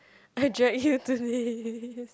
I drag you to this